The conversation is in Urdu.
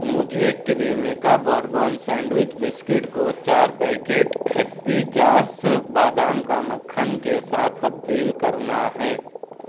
مجھے کریمیکا بوربن سینڈوچ بسکٹ کو چار پیکٹ ہیپی جارس بادام کا مکھن کے ساتھ تبدیل کرنا ہے